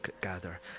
gather